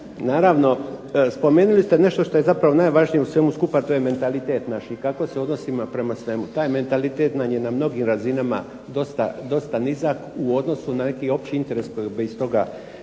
Naravno spomenili ste nešto što je zapravo najvažnije u svemu skupa to je mentalitet naš, i kako se odnosimo prema svemu. Taj mentalitet nam je na mnogim razinama dosta nizak, u odnosu na neki opći interes koji bi iz toga